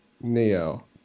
Neo